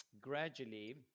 gradually